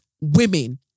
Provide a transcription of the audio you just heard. women